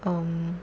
um